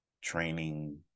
training